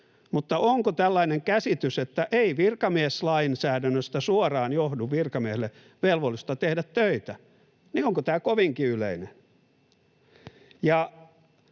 Mutta onko tällainen käsitys, että ei virkamieslainsäädännöstä suoraan johdu virkamiehelle velvollisuutta tehdä töitä, kovinkin yleinen?